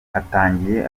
hatangiye